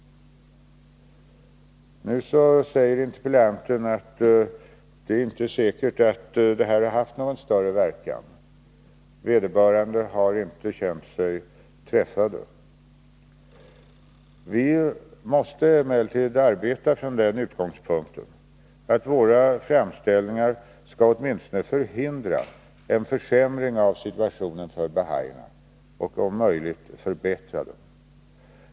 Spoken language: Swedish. Nu säger interpellanten att det inte är säkert att detta haft någon större verkan — vederbörande har inte känt sig träffade. Vi måste emellertid arbeta från den utgångspunkten att våra framställningar åtminstone skall förhindra en försämring av situationen för bahaierna och om möjligt förbättra den.